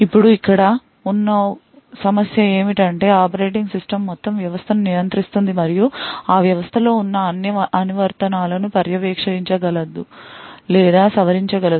ఇప్పుడు ఇక్కడ ఉన్న సమస్య ఏమిటంటే ఆపరేటింగ్ సిస్టమ్ మొత్తం వ్యవస్థను నియంత్రిస్తుంది మరియు ఆ వ్యవస్థలో ఉన్న అన్ని అనువర్తనాలను పర్యవేక్షించగలదు లేదా సవరించగలదు